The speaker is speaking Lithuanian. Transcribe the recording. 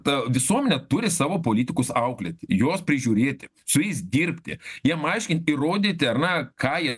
ta visuomenė turi savo politikus auklėti juos prižiūrėti su jais dirbti jiem aiškint ir rodyti ar ne ką jie